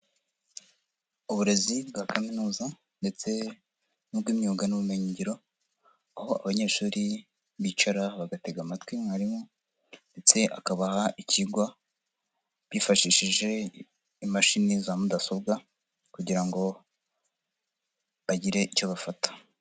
Uburezi bwa kaminuza ndetse n'ubw'imyuga n'ubumenyingiro aho abanyeshuri bicara bagatega amatwi mwarimu ndetse akabaha ikigwa bifashishije imashini za mudasobwa kugira ngo bagire icyo bafata.